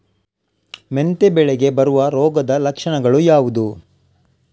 ಮೆಂತೆ ಬೆಳೆಗೆ ಬರುವ ರೋಗದ ಲಕ್ಷಣಗಳು ಯಾವುದು?